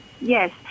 Yes